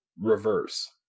Reverse